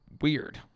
weird